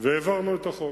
והעברנו את החוק,